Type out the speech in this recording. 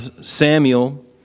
Samuel